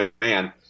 man